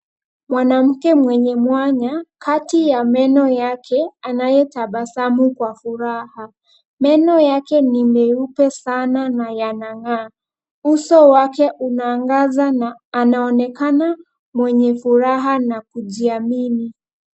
Mwanamke mwenye mwanya kati ya meno yake anaye tabasamu kwa furaha. Meno yake ni meupe sana na yanang'aa. Uso wake unaangaza na anaonekana mwenye furaha nakujiamini.